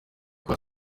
kuba